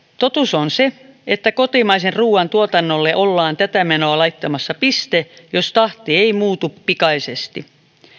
totuus on se että kotimaisen ruuan tuotannolle ollaan tätä menoa laittamassa piste jos tahti ei muutu pikaisesti